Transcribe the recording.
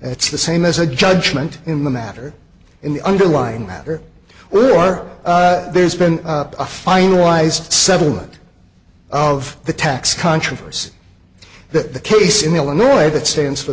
it's the same as a judgment in the matter in the underlying matter where you are there's been a finalized settlement of the tax controversy that the case in illinois that stands for